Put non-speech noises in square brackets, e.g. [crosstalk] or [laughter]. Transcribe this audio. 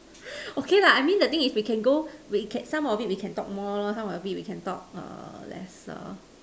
[noise] okay lah I mean the thing is we can go we can some of it we talk more lor some of it we can talk err lesser